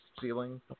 ceiling